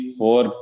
four